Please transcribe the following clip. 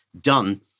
done